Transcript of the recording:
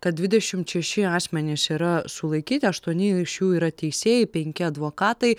kad dvidešimt šeši asmenys yra sulaikyti aštuoni iš jų yra teisėjai penki advokatai